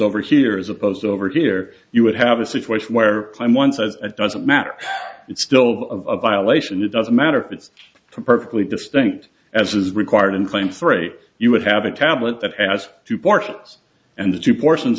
over here as opposed to over here you would have a situation where time once a doesn't match it's still of violation it doesn't matter it's perfectly distinct as is required and claim three you would have a tablet that has two parts and the two portions